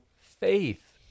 faith